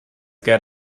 get